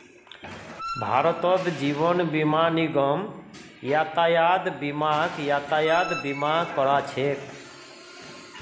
भारतत जीवन बीमा निगम यातायात बीमाक यातायात बीमा करा छेक